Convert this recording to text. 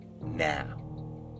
now